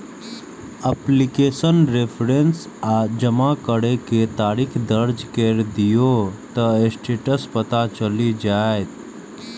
application reference आ जमा करै के तारीख दर्ज कैर दियौ, ते स्टेटस पता चलि जाएत